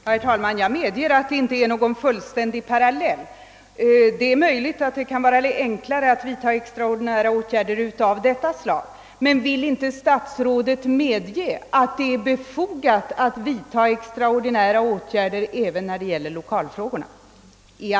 Herr talman! Jag medger att parallellen inte är fullständig. Det är möjligt att det blir enklare att vidta extraordinära åtgärder av detta slag. Men vill inte statsrådet medge att det är befogat att vidta extraordinära åtgärder även när det gäller lokalfrågorna?